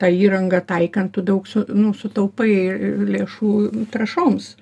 tą įrangą taikant tu daug su nu sutaupai lėšų trąšoms